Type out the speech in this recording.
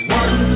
one